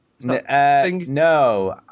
No